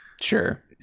sure